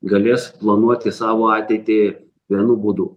galės planuoti savo ateitį vienu būdu